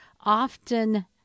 often